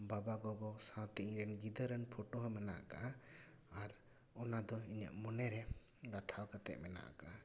ᱵᱟᱵᱟ ᱜᱚᱜᱚ ᱥᱟᱶᱛᱮ ᱤᱧ ᱨᱮᱱ ᱜᱤᱫᱟᱹᱨ ᱨᱮᱱ ᱯᱷᱳᱴᱳ ᱦᱚᱸ ᱢᱮᱱᱟᱜ ᱟᱠᱟᱜᱼᱟ ᱟᱨ ᱚᱱᱟ ᱫᱚ ᱤᱧᱟᱹᱜ ᱢᱚᱱᱮᱨᱮ ᱜᱟᱛᱷᱟᱣ ᱠᱟᱛᱮᱫ ᱢᱮᱱᱟᱜᱼᱟ ᱟᱠᱟᱜᱼᱟ